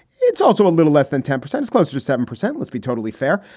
it's also a little less than ten percent closer to seven percent. let's be totally fair.